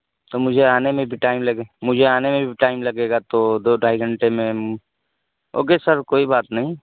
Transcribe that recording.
تو مجھے آنے میں بھی ٹائم لگے مجھے آنے میں بھی ٹائم لگے گا تو دو ڈھائی گھنٹے میں اوکے سر کوئی بات نہیں